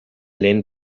lehen